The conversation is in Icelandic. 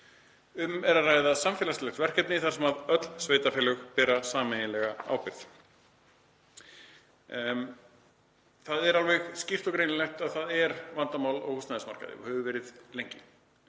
Um er að ræða samfélagslegt verkefni þar sem öll sveitarfélög bera sameiginlega ábyrgð. Það er alveg skýrt og greinilegt að það er vandamál á húsnæðismarkaði og hefur verið lengi.